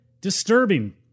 disturbing